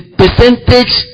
percentage